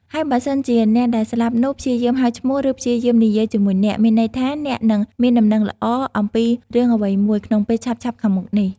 ហើយបើសិន ជាអ្នកដែលស្លាប់នោះ ព្យាយាមហៅឈ្មោះ ឬព្យាយាមនិយាយជាមួយអ្នក មានន័យថា អ្នកនឹងមានដំណឹងល្អ អំពីរឿងអ្វីមួយ ក្នុងពេលឆាប់ៗខាងមុខនេះ។